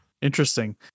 Interesting